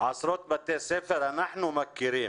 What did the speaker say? של עשרות בתי ספר שאנחנו מכירים.